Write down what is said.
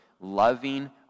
loving